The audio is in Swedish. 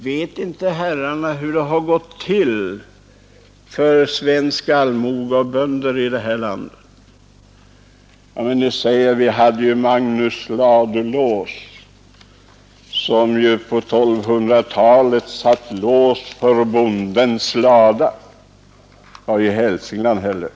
Vet inte herrarna här hur det då gick för allmoge och bönder i detta land? Men, svarar man då, vi hade ju ändå Magnus Ladulås, som på 1200-talet satte lås för bondens lada. I Hälsingland heller!